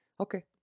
Okay